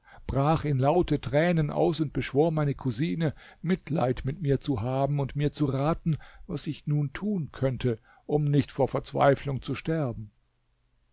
brach in laute tränen aus und beschwor meine cousine mitleid mit mir zu haben und mir zu raten was ich nun tun könnte um nicht vor verzweiflung zu sterben